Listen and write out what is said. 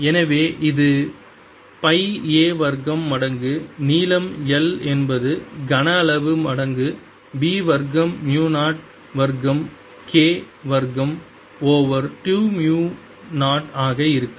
எனவே இது pi a வர்க்கம் மடங்கு நீளம் 1 என்பது கன அளவு மடங்கு B வர்க்கம் மு 0 வர்க்கம் K வர்க்கம் ஓவர் 2 மு 0 ஆக இருக்கும்